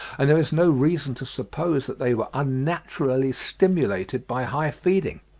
and there is no reason to suppose that they were unnaturally stimulated by high feeding.